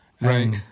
Right